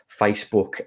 Facebook